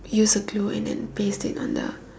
use a glue and then paste it on the